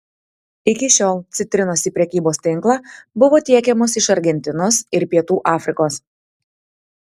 iki šiol citrinos į prekybos tinklą buvo tiekiamos iš argentinos ir pietų afrikos